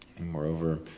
Moreover